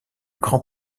grand